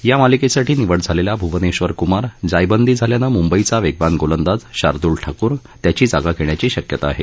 या मालिकेसाठी निवड झालेला भूवनेश्वर कुमार जायबंदी झाल्यानं मुंबईचा वेगवान गोलंदाज शार्दूल ठाकूर त्याची जागा घेण्याची शक्यता आहे